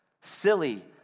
silly